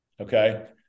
okay